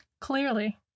Clearly